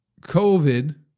COVID